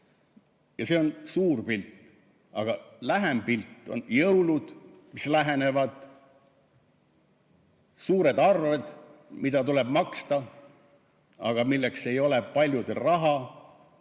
Ja see on suur pilt. Aga lähem pilt on jõulud, mis lähenevad, suured arved, mida tuleb maksta, aga milleks ei ole paljudel raha.